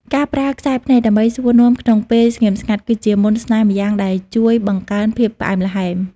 ការប្រើខ្សែភ្នែកដើម្បីសួរនាំក្នុងពេលស្ងៀមស្ងាត់ គឺជាមន្តស្នេហ៍ម្យ៉ាងដែលជួយបង្កើនភាពផ្អែមល្ហែម។